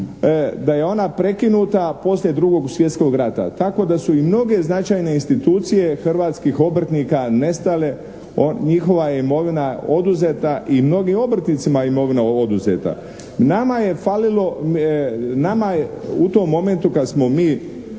da je ona prekinuta poslije drugog svjetskog rata, tako da su i mnoge značajne institucije hrvatskih obrtnika nestale, njihova je imovina oduzeta i mnogim obrtnicima je imovina oduzeta. Nama je u tom momentu kad smo mi